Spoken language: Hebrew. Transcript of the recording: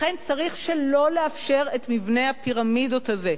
לכן, צריך שלא לאפשר את מבנה הפירמידות הזה.